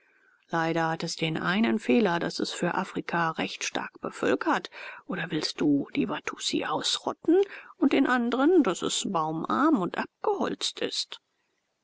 leider hat es den einen fehler daß es für afrika recht stark bevölkert oder willst du die watussi ausrotten und den andren daß es baumarm und abgeholzt ist